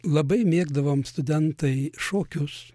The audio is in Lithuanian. labai mėgdavom studentai šokius